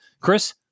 Chris